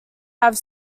have